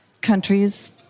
countries